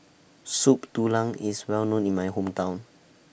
Soup Tulang IS Well known in My Hometown